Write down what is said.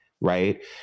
right